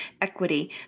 Equity